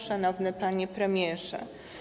Szanowny Panie Premierze!